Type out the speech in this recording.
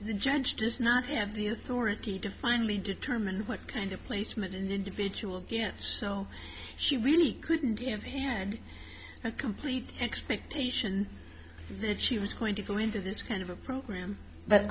the judge does not have the authority to finally determine what kind of placement an individual gets so she really couldn't give a hand and complete expectation that she was going to go into this kind of a program but